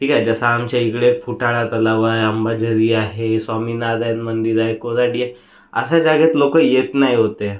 ठीक आहे जसं आमच्या इकडे फुटाळा तलाव आहे अंबाझरी आहे स्वामीनारायण मंदिर आहे कोराडी आहे अशा जागेत लोक येत नाही होते